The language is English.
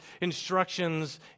instructions